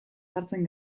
jartzen